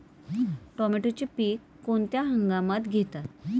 टोमॅटोचे पीक कोणत्या हंगामात घेतात?